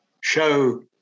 show